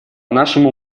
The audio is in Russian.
нашему